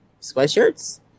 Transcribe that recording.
Sweatshirts